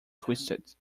twisted